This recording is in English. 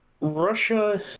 Russia